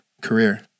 career